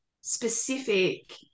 specific